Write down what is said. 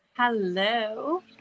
Hello